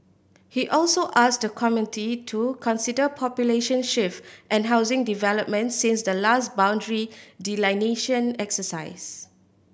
he also asked the committee to consider population shift and housing developments since the last boundary delineation exercise